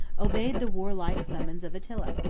obeyed the warlike summons of attila.